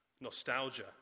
Nostalgia